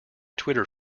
twitter